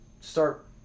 start